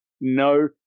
No